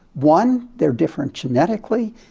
one, they're different genetically,